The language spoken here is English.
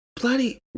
bloody